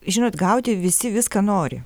žinot gauti visi viską nori